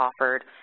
offered